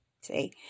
see